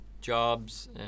jobs